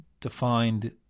defined